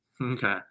Okay